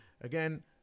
Again